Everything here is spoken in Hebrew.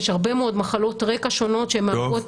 יש הרבה מאוד מחלות רגע שונות שמהוות